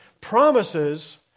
Promises